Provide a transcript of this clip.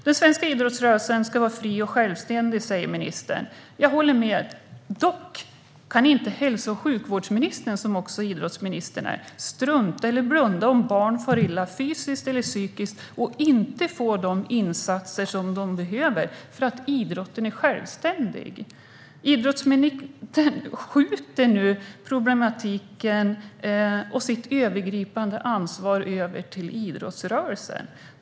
Den svenska idrottsrörelsen ska vara fri och självständig, säger ministern. Jag håller med. Dock kan inte hälso och sjukvårdsministern, som idrottsministern också är, strunta i eller blunda för att barn far illa fysiskt eller psykiskt och inte får de insatser som de behöver för att idrotten är självständig. Idrottsministern skjuter över problematiken och sitt övergripande ansvar på idrottsrörelsen.